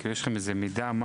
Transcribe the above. יש לכם מידע משהו?